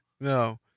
No